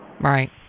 Right